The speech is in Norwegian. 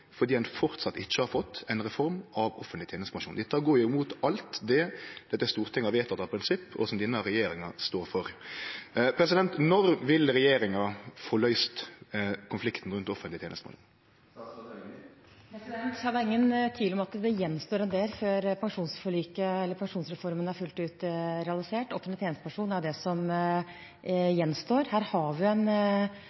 fordi ein framleis ikkje har fått ei reform av offentleg tenestepensjon. Dette går jo imot alt det dette Stortinget har vedteke av prinsipp, og som denne regjeringa står for. Når vil regjeringa få løyst konflikten rundt offentleg tenestepensjon? Det er ingen tvil om at det gjenstår en del før pensjonsreformen fullt ut er realisert. Offentlig tjenestepensjon er det som